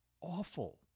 awful